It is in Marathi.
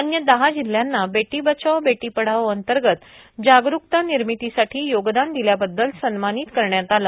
अन्य दहा जिल्ह्यांना बेटी बचाओ बेटी पढाओ अंतर्गत जागरूकता निर्मितीसाठी योगदान दिल्याबद्दल सव्मानित करण्यात आलं